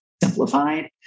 Simplified